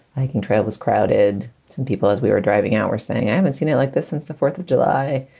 hiking trail was crowded. some people as we were driving out were saying, i haven't seen it like this since the fourth of july,